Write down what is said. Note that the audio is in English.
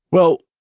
well,